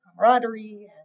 camaraderie